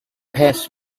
passed